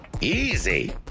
easy